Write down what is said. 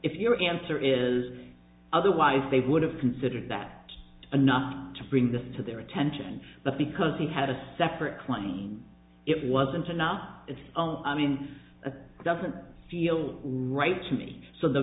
if your answer is otherwise they would have considered that enough to bring this to their attention but because he had a separate claim it wasn't enough it's a doesn't feel right to me so the